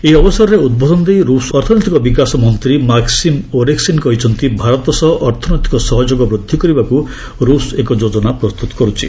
ଏହି ଅବସରରେ ଉଦ୍ବୋଧନ ଦେଇ ରୁଷ୍ ଅର୍ଥନୈତିକ ବିକାଶ ମନ୍ତ୍ରୀ ମାକ୍କିମ୍ ଓରେସ୍କିନ୍ କହିଛନ୍ତି ଭାରତ ସହ ଅର୍ଥନୈତିକ ସହଯୋଗ ବୃଦ୍ଧି କରିବାକୁ ରୁଷ୍ ଏକ ଯୋଜନା ପ୍ରସ୍ତୁତ କରୁଛି